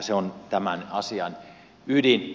se on tämän asian ydin